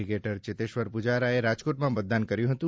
cricketer Cheteshwar પૂજારાએ રાજકોટમાં મતદાન કર્યું હતું